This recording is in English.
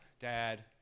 Dad